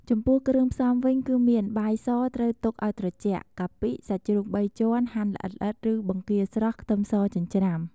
ចំពោះគ្រឿងផ្សំវិញគឺមាន បាយសត្រូវទុកឱ្យត្រជាក់ កាពិ សាច់ជ្រូកបីជាន់ហាន់ល្អិតឬបង្គាស្រស់ ខ្ទឹមសចិញ្ច្រាំ។